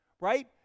right